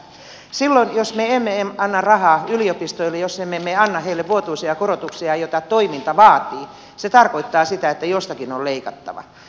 silloin jos me emme anna rahaa yliopistoille jos me emme anna heille vuotuisia korotuksia joita toiminta vaatii se tarkoittaa sitä että jostakin on leikattava